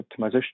optimization